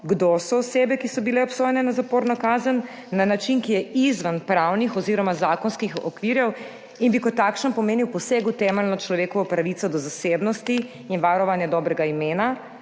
kdo so osebe, ki so bile obsojene na zaporno kazen na način, ki je izven pravnih oz. zakonskih okvirjev in bi kot takšen pomenil poseg v temeljno človekovo pravico do zasebnosti in varovanje dobrega imena